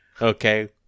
Okay